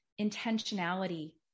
intentionality